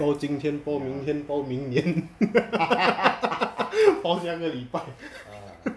包今天包明天包明年 包下个礼拜